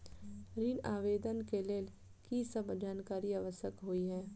ऋण आवेदन केँ लेल की सब जानकारी आवश्यक होइ है?